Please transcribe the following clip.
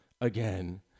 again